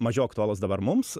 mažiau aktualūs dabar mums